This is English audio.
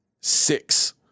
Six